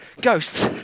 Ghosts